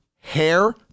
hair